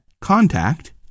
contact